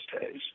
days